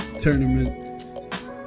Tournament